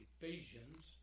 Ephesians